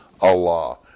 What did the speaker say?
Allah